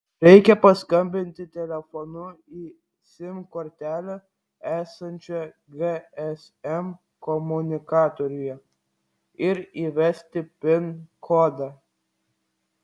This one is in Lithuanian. reikia paskambinti telefonu į sim kortelę esančią gsm komunikatoriuje ir įvesti pin kodą